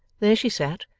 there she sat,